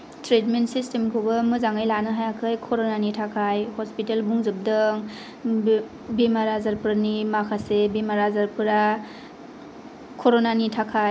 treatment सिस्टेमखौबो मोजाङै लानो हायाखै करनानि थाखाय हसपिताल बुंजोबदों बेमार आजारफोरनि माखासे बेमार आजारफोरा करनानि थाखाय